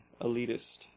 elitist